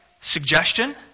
suggestion